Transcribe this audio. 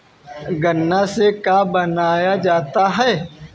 गान्ना से का बनाया जाता है?